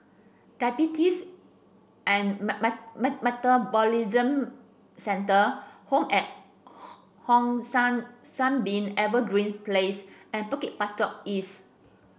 diabetes and Metabolism Centre home at Hong San Sunbeam Evergreen Place and Bukit Batok East